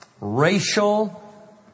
racial